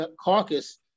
caucus